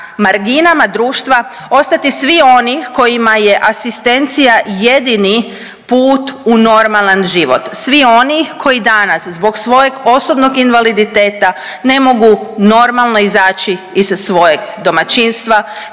marginama društva ostati svi oni kojima je asistencija jedini put u normalan život, svi oni koji danas zbog svojeg osobnog invaliditeta ne mogu normalno izaći iz svojeg domaćinstva,